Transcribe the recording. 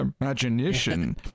imagination